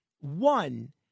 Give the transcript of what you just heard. One